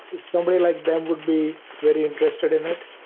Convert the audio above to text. somebody like them would be very interested in it.